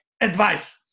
advice